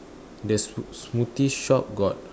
there's smoothie shop got